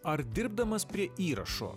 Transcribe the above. ar dirbdamas prie įrašo